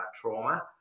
trauma